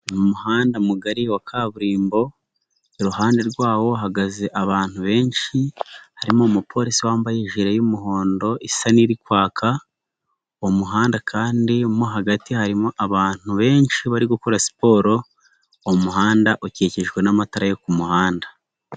Ni umuhanda mugari wa kaburimbo iruhande rwawo hahagaze abantu benshi harimo umupolisi wambaye ijire y'umuhondo isa n'iri kwaka, umuhanda kandi mo hagati harimo abantu benshi bari gukora siporo, umuhanda ukikijwe n'amatara yo ku muhanda.